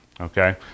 okay